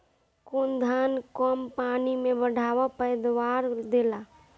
कौन धान कम पानी में बढ़या पैदावार देला?